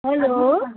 hello